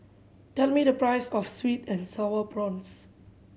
tell me the price of sweet and Sour Prawns